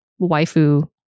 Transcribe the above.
waifu